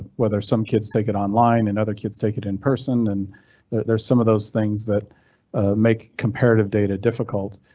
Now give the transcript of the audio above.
whether some kids take it online and other kids take it in person and there's some of those things that make comparative data difficult.